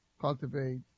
Cultivate